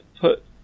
put